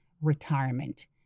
retirement